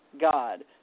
God